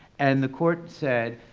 and the court said,